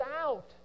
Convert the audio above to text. out